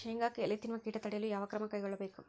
ಶೇಂಗಾಕ್ಕೆ ಎಲೆ ತಿನ್ನುವ ಕೇಟ ತಡೆಯಲು ಯಾವ ಕ್ರಮ ಕೈಗೊಳ್ಳಬೇಕು?